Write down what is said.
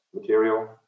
material